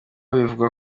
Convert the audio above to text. bivugwa